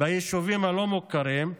ביישובים הלא-מוכרים,